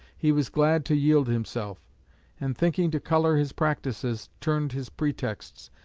he was glad to yield himself and thinking to colour his practices, turned his pretexts,